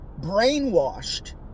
brainwashed